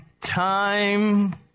time